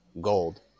gold